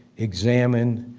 examined,